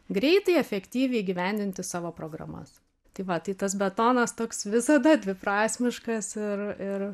greitai efektyviai įgyvendinti savo programas tai va tai tas betonas toks visada dviprasmiškas ir ir